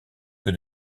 que